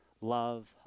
love